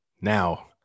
Now